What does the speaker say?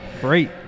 Great